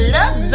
Love